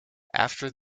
after